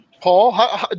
Paul